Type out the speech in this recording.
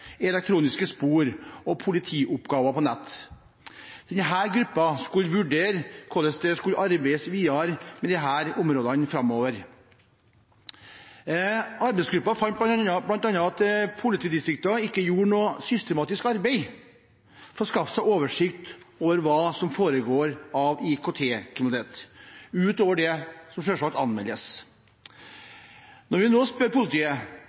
elektroniske spor og politioppgaver på nett. Denne gruppen skulle vurdere hvorledes det skulle arbeides videre med disse områdene framover. Arbeidsgruppen fant bl.a. at politidistrikter ikke gjorde noe systematisk arbeid for å skaffe seg oversikt over hva som foregår av IKT-kriminalitet, utover det som anmeldes, selvsagt. Når vi nå spør politiet,